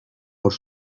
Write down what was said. por